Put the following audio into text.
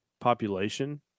population